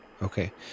Okay